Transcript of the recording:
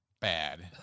bad